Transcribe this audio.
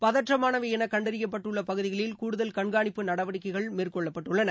பதற்றமானவை என கண்டறியப்பட்டுள்ள பகுதிகளில் கூடுதல் கண்காணிப்பு நடவடிக்கைகள் மேற்கொள்ளப்பட்டுள்ளன